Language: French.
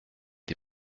des